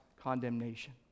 condemnation